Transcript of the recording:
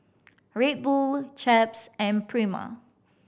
Red Bull Chaps and Prima